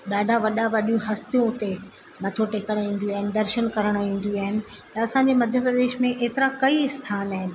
ॾाढा वॾा वॾियूं हस्तियूं उते मथो टेकणु ईंदियूं आहिनि दर्शन कणु ईंदियूं आहिनि त असांजे मध्य प्रदेश में एतिरा कई स्थान आहिनि